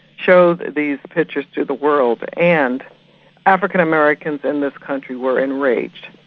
shows these pictures to the world and african-americans in this country were enraged.